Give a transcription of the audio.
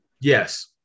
Yes